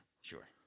Sure